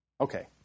Okay